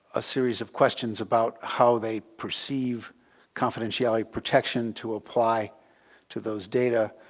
a series of questions about how they perceive confidentiality protection to apply to those data.